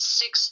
six